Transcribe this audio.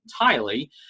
entirely